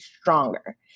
stronger